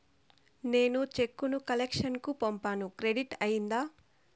నేను చెక్కు ను కలెక్షన్ కు పంపాను క్రెడిట్ అయ్యిందా